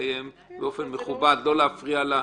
לסיים באופן מכובד, לא להפריע לה.